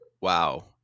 Wow